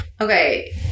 Okay